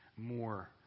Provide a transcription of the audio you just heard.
more